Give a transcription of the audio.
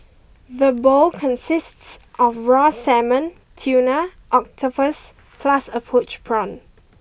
the bowl consists of raw salmon tuna octopus plus a poached prawn